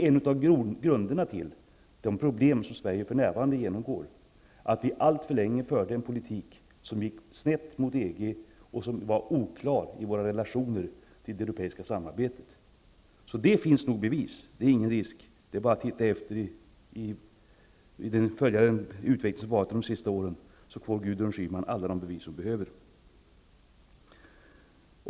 En av grunderna till de problem som Sverige för närvarande genomgår är att vi alltför länge förde en politik som gick snett mot EG:s och som var oklar i fråga om våra relationer till det europeiska samarbetet. Det finns alltså bevis. Det är bara för Gudrun Schyman att studera den utveckling som varit under de senaste åren så får hon alla de bevis hon behöver.